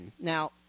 Now